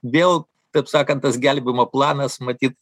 vėl taip sakant tas gelbėjimo planas matyt